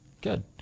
good